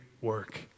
work